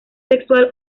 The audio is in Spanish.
sexual